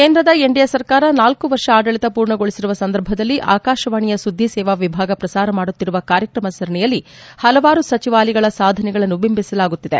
ಕೇಂದ್ರದ ಎನ್ಡಿಎ ಸರ್ಕಾರ ನಾಲ್ಕು ವರ್ಷ ಆಡಳಿತ ಪೂರ್ಣಗೊಳಿಸಿರುವ ಸಂದರ್ಭದಲ್ಲಿ ಆಕಾಶವಾಣಿಯ ಸುದ್ದಿ ಸೇವಾ ವಿಭಾಗ ಪ್ರಸಾರ ಮಾಡುತ್ತಿರುವ ಕಾರ್ಯಕ್ರಮ ಸರಣಿಯಲ್ಲಿ ಹಲವಾರು ಸಚಿವಾಲಯಗಳ ಸಾಧನೆಗಳನ್ನು ಬಿಂಬಿಸಲಾಗುತ್ತಿದೆ